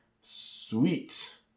Sweet